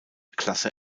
klasse